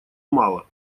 мало